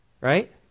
Right